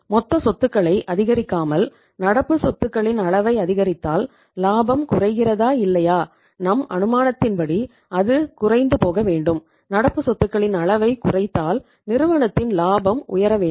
மொத்த சொத்துக்களை அதிகரிக்காமல் நடப்பு சொத்துகளின் அளவை அதிகரித்தால் லாபம் குறைகிறதா இல்லையா நம் அனுமானத்தின் படி அது குறைந்து போக வேண்டும் நடப்பு சொத்துகளின் அளவைக் குறைத்தால் நிறுவனத்தின் லாபம் உயர வேண்டும்